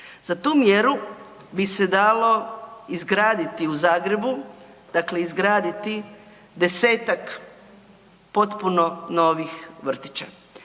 Za tu mjeru bi se dalo izgraditi u Zagrebu, dakle izgraditi 10-tak potpuno novih vrtića.